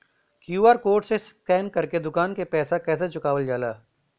QR code से scan कर के दुकान के पैसा कैसे चुकावल जाला?